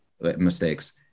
mistakes